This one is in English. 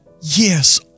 Yes